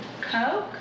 coke